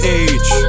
age